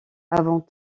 avant